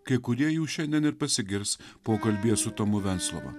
kai kurie jų šiandien ir pasigirs pokalbyje su tomu venclova